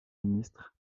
ministre